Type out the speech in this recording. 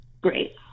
great